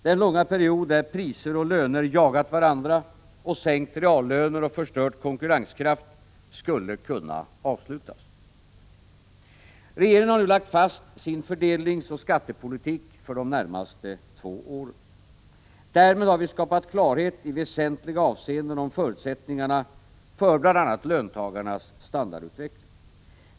Den långa period då priser och löner jagat varandra och sänkt reallöner och förstört konkurrenskraft skulle kunna avslutas. Regeringen har nu lagt fast sin fördelningsoch skattepolitik för de närmaste två åren. Därmed har vi i väsentliga avseenden skapat klarhet om förutsättningarna för bl.a. löntagarnas standardutveckling.